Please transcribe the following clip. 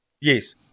yes